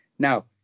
Now